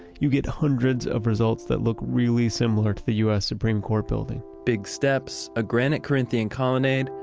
you get hundreds of results that look really similar to the us supreme court building big steps, a granite corinthian collonade,